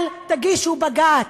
אל תגישו בג"ץ,